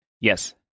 Yes